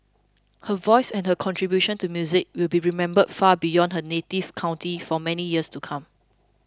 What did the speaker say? her voice and her contribution to music will be remembered far beyond her native county for many years to come